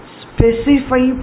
specify